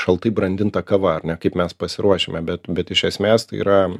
šaltai brandinta kava ar ne kaip mes pasiruošime bet bet iš esmės tai yra